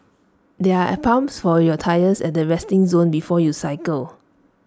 there are pumps for your tyres at the resting zone before you cycle